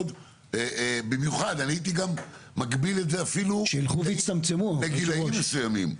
אני הייתי גם מגביל את זה אפילו לגילאים מסוימים.